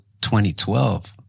2012